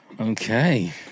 okay